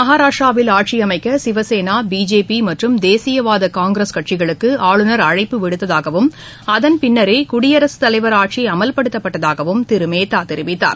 மகாராஷ்டிராவில் ஆட்சி அமைக்க சிவசேனா பிஜேபி மற்றும் தேசியவாத காங்கிஸ் கட்சிகளுக்கு ஆளுநர் அழைப்பு விடுத்ததாகவும் அதன் பின்னரே குடியரசுத் தலைவர் ஆட்சி அமல்படுத்தப்பட்டதாகவும் திரு மேத்தா தெரிவித்தார்